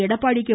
Edappadi K